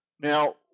Now